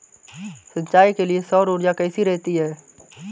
सिंचाई के लिए सौर ऊर्जा कैसी रहती है?